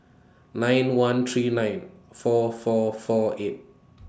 nine one three nine four four four eight